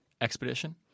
expedition